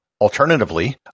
Alternatively